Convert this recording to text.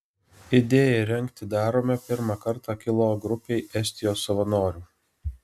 idėja rengti darome pirmą kartą kilo grupei estijos savanorių